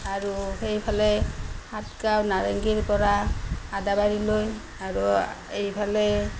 আৰু সেইফালে সাতগাঁও নাৰেঙ্গীৰ পৰা আদাবাৰীলৈ আৰু এইফালে